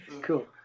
Cool